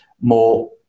more